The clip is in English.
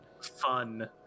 Fun